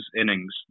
innings